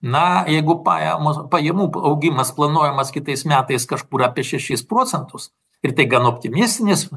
na jeigu pajamos pajamų augimas planuojamas kitais metais kažkur apie šešis procentus ir tai gan optimistinis